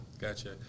gotcha